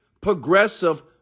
progressive